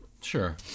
Sure